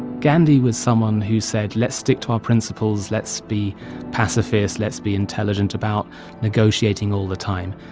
gandhi was someone who said, let's stick to our principles. let's be pacifist. let's be intelligent about negotiating all the time.